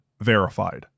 verified